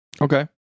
Okay